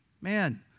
Man